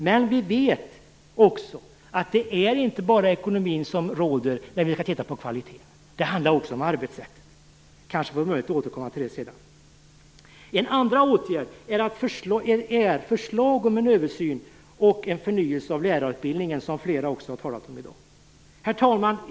Men vi vet också att det inte bara är ekonomin som är avgörande när vi skall titta på kvaliteten. Det handlar också om arbetssättet. Jag får kanske möjlighet att återkomma till detta senare. En andra åtgärd är förslag om en översyn och en förnyelse av lärarutbildningen, som flera också har talat om i dag. Herr talman!